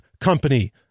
company